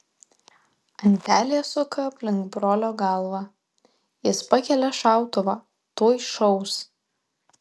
antelė suka aplink brolio galvą jis pakelia šautuvą tuoj šaus